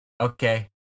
okay